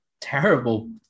terrible